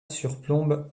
surplombe